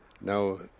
Now